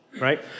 right